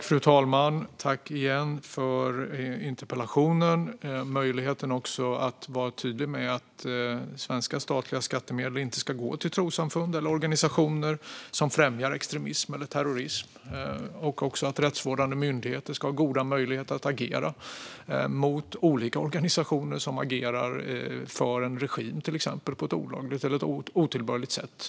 Fru talman! Jag tackar ledamoten igen för interpellationen och möjligheten att vara tydlig med att svenska statliga skattemedel inte ska gå till trossamfund eller organisationer som främjar extremism eller terrorism och att rättsvårdande myndigheter ska ha goda möjligheter att agera mot olika organisationer som agerar för en regim, till exempel, på ett olagligt eller otillbörligt sätt.